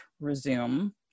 resume